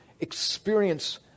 Experience